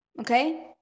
Okay